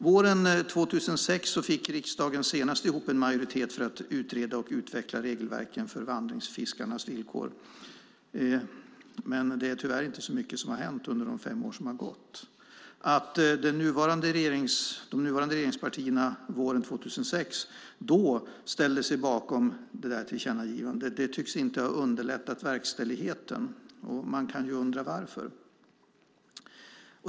Våren 2006 fick riksdagen senast ihop en majoritet för att utreda och utveckla regelverken för vandringsfiskarnas villkor, men det är tyvärr inte så mycket som har hänt under de fem år som har gått. Att de nuvarande regeringspartierna våren 2006 ställde sig bakom tillkännagivandet tycks inte ha underlättat verkställigheten. Man kan ju undra varför.